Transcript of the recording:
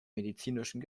medizinischen